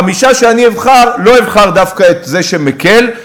בחמישה שאבחר לא אבחר דווקא את זה שמקל,